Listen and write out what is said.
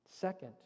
Second